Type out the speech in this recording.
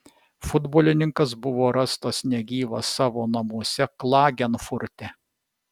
futbolininkas buvo rastas negyvas savo namuose klagenfurte